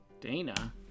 Dana